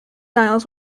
niles